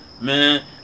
man